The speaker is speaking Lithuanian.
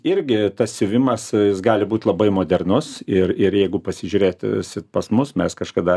irgi tas siuvimas gali būt labai modernus ir ir jeigu pasižiūrėt pas mus mes kažkada